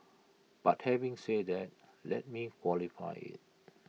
but having said that let me qualify IT